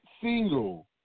single